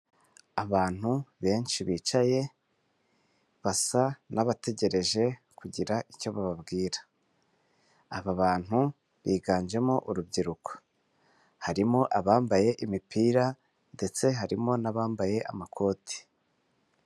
Abantu benshi bicaye basa nk'abategereje kugira icyo bababwira. Aba bantu biganjemo urubyiruko harimo abambaye imipira ndetse harimo n'abambaye amakote,